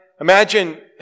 imagine